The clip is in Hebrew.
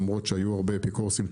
למרות שהיו הרבה אפיקורסים,